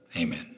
Amen